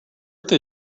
earth